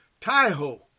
Taiho